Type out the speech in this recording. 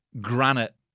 granite